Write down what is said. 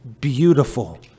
beautiful